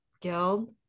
guild